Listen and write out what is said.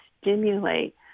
stimulate